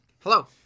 Hello